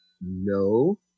No